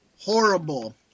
horrible